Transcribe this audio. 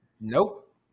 nope